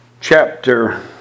chapter